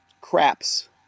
craps